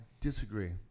disagree